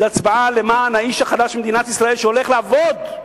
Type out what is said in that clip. זו הצבעה למען האיש החלש במדינת ישראל שהולך לעבוד.